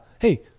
hey